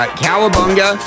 cowabunga